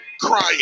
crying